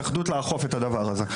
ועל ההתאחדות לאכוף את הדבר הזה.